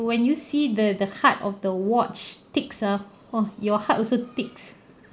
when you see the the heart of the watch ticks ah ugh your heart also ticks